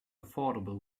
affordable